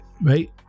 right